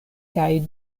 kaj